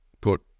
put